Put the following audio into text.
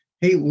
hey